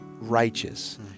righteous